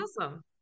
awesome